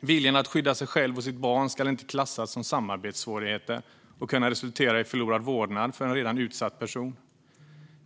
Viljan att skydda sig själv och sitt barn ska inte klassas som samarbetssvårigheter och för en redan utsatt person kunna resultera i förlorad vårdnad.